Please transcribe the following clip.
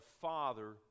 father